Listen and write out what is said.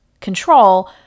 control